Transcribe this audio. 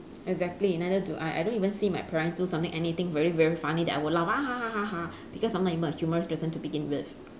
exactly neither do I I don't even see my parents do something anything very very funny that I would laugh ha ha ha ha ha because I'm not even a humorous person to begin with